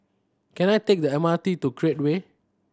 can I take the M R T to Create Way